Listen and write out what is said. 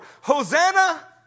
Hosanna